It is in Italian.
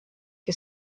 che